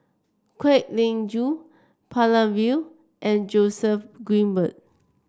Kwek Leng Joo Palanivelu and Joseph Grimberg